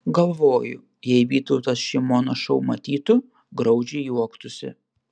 galvoju jei vytautas šį mono šou matytų graudžiai juoktųsi